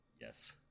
Yes